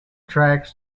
tracks